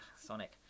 sonic